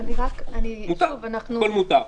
הכול מותר.